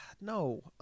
No